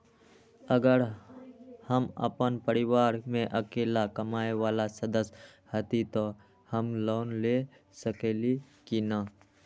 अगर हम अपन परिवार में अकेला कमाये वाला सदस्य हती त हम लोन ले सकेली की न?